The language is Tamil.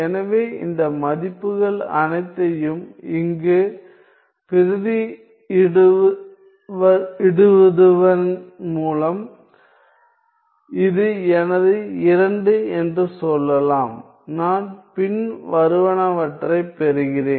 எனவே இந்த மதிப்புகள் அனைத்தையும் இங்கு பிரதியிடுவதன் மூலம் இது எனது 2 என்று சொல்லலாம் நான் பின்வருவனவற்றைப் பெறுகிறேன்